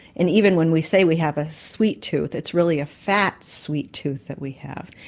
and even when we say we have a sweet tooth, it's really a fat sweet tooth that we have.